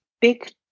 big